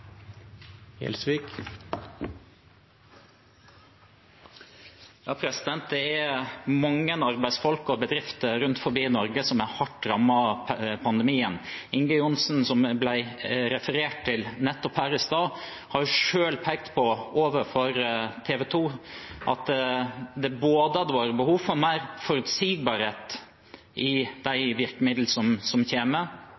Gjelsvik – til oppfølgingsspørsmål. Det er mange arbeidsfolk og bedrifter rundt omkring i Norge som er hardt rammet av pandemien. Inge Johnsen, som det ble referert til her i stad, har selv pekt på overfor TV 2 at det hadde vært behov for både mer forutsigbarhet i